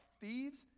thieves